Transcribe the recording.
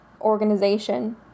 organization